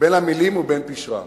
בין המלים ובין פשרן,